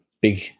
big